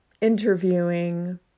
interviewing